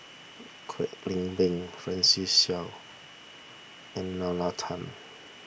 Kwek Leng Beng Francis Seow and Nalla Tan